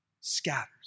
scatters